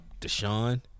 Deshaun